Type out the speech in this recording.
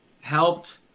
helped